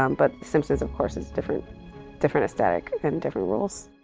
um but simpsons of course is different different aesthetic and different rules.